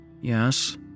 Yes